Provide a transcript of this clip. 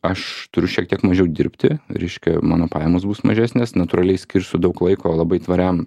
aš turiu šiek tiek mažiau dirbti reiškia mano pajamos bus mažesnės natūraliai skirsiu daug laiko labai tvariam